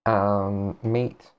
meat